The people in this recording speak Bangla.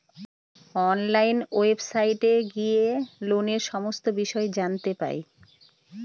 অনলাইন ওয়েবসাইটে গিয়ে লোনের সমস্ত বিষয় জানতে পাই